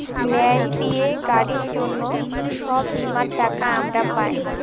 ন্যায় দিয়ে গাড়ির জন্য সব বীমার টাকা আমরা পাই